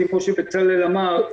כמו שבצלאל אמר,